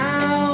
Now